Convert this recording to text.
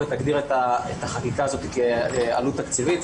שתגדיר את החקיקה הזאת כעלות תקציבית,